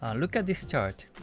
ah look at this chart.